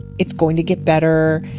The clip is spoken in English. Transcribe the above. it's going to get better.